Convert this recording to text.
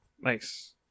Nice